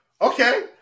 Okay